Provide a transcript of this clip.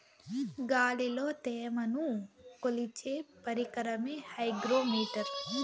గాలిలో త్యమను కొలిచే పరికరమే హైగ్రో మిటర్